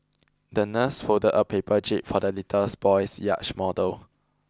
the nurse folded a paper jib for the little's boy's yacht model